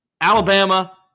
Alabama